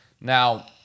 Now